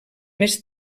més